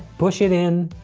push it in,